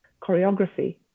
choreography